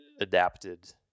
adapted